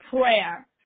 prayer